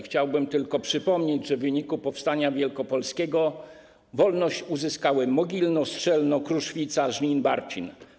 Chciałbym tylko przypomnieć, że w wyniku powstania wielkopolskiego wolność uzyskały Mogilno, Strzelno, Kruszwica, Żnin, Barcin.